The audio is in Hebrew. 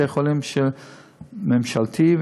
בתי-חולים שהם ממשלתיים,